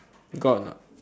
got or not